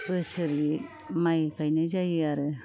बोसोरै माय गायनाय जायो आरो